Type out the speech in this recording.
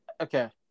okay